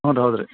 ಹ್ಞೂ ರೀ ಹೌದು ರೀ